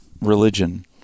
religion